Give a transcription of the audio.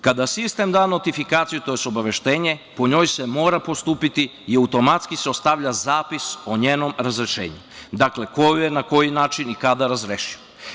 Kada sistem da notifikaciju, tj. obaveštenje, po njoj se mora postupiti i automatski se dostavlja zapis o njenom razrešenju, dakle, ko je, na koji način i kada razrešio.